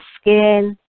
skin